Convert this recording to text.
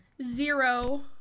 zero